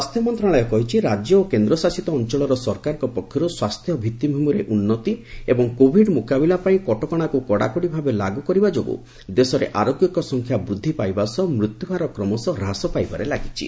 ସ୍ପାସ୍ଥ୍ୟ ମନ୍ତ୍ରଣାଳୟ କହିଛି ରାଜ୍ୟ ଓ କେନ୍ଦ୍ରଶାସିତ ଅଞ୍ଚଳର ସରକାରଙ୍କ ପକ୍ଷରୁ ସ୍ୱାସ୍ଥ୍ୟ ଭିଭିଭୂମିରେ ଉନ୍ନତି ଏବଂ କୋଭିଡ୍ ମୁକାବିଲା ପାଇଁ କଟକଣାକୁ କଡ଼ାକଡ଼ି ଭାବେ ଲାଗୁ କରିବା ଯୋଗୁଁ ଦେଶରେ ଆରୋଗ୍ୟଙ୍କ ସଂଖ୍ୟା ବୃଦ୍ଧି ପାଇବା ସହ ମୃତ୍ୟୁ ହାର କ୍ରମଶ ହ୍ରାସ ପାଇବାରେ ଲାଗିଛି